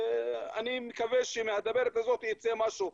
אני מקווה שמהדברת הזאת ייצא משהו,